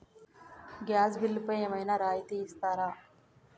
Gas బిల్లుపై ఏమైనా రాయితీ ఇస్తారా?